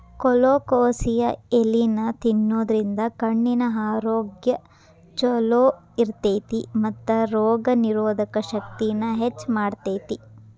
colocasia ಎಲಿನಾ ತಿನ್ನೋದ್ರಿಂದ ಕಣ್ಣಿನ ಆರೋಗ್ಯ್ ಚೊಲೋ ಇರ್ತೇತಿ ಮತ್ತ ರೋಗನಿರೋಧಕ ಶಕ್ತಿನ ಹೆಚ್ಚ್ ಮಾಡ್ತೆತಿ